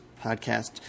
podcast